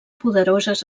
poderoses